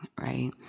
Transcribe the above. right